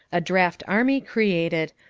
a draft army created,